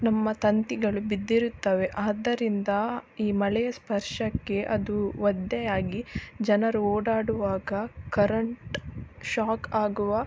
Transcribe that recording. ನಮ್ಮ ತಂತಿಗಳು ಬಿದ್ದಿರುತ್ತವೆ ಆದ್ದರಿಂದ ಈ ಮಳೆ ಸ್ಪರ್ಶಕ್ಕೆ ಅದು ಒದ್ದೆಯಾಗಿ ಜನರು ಓಡಾಡುವಾಗ ಕರಂಟ್ ಶಾಕ್ ಆಗುವ